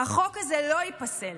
החוק הזה לא ייפסל,